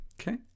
okay